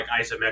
isometric